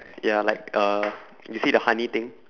ya like uh you see the honey thing